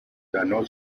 ganó